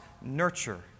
nurture